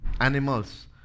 Animals